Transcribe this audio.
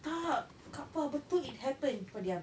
tak kak pah betul it happen kau diam